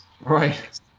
Right